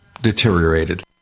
deteriorated